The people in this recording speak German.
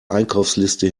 einkaufsliste